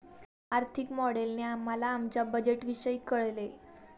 आर्थिक मॉडेलने आम्हाला आमच्या बजेटविषयी कळेल